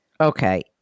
Okay